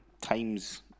times